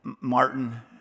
Martin